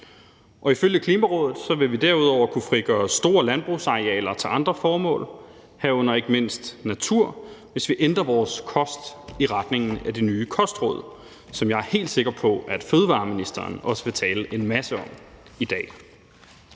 Ifølge Klimarådet vil vi derudover kunne frigøre store landbrugsarealer til andre formål, herunder ikke mindst natur, hvis vi ændrer vores kost i retning af de nye kostråd, som jeg er helt sikker på fødevareministeren også vil tale en masse om i dag.